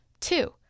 Two